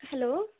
hello